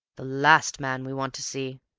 the last man we want to see!